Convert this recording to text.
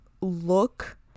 look